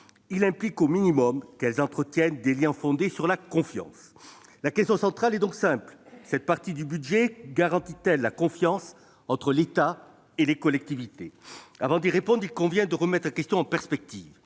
il implique, au minimum, qu'elles entretiennent des liens fondés sur la confiance. La question centrale est donc simple : cette mission budgétaire garantit-elle la confiance entre l'État et les collectivités territoriales ? Avant d'y répondre, il convient de remettre la question en perspective.